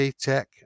tech